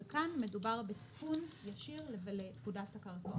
אבל כאן מדובר בתיקון ישיר לפקודת הקרקעות